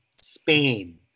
Spain